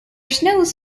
snows